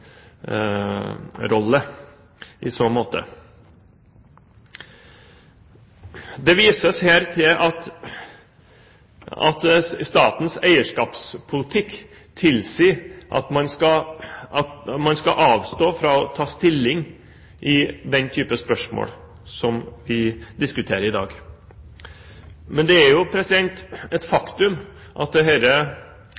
i så måte. Det vises her til at statens eierskapspolitikk tilsier at man skal avstå fra å ta stilling i den type spørsmål som vi diskuterer i dag. Men det er jo et